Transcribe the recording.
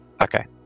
Okay